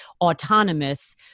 autonomous